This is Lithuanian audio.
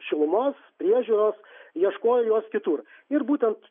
šilumos priežiūros ieškojo jos kitur ir būtent